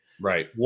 Right